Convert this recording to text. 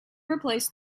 replaced